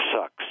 sucks